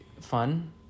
fun